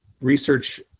research